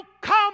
come